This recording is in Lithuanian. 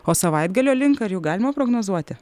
o savaitgalio link ar jų galima prognozuoti